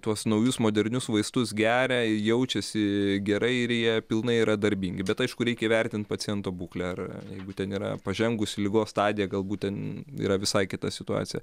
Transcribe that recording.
tuos naujus modernius vaistus geria jaučiasi gerai ir jie pilnai yra darbingi bet aišku reikia įvertint paciento būklę ar jeigu ten yra pažengusi ligos stadija galbūt ten yra visai kita situacija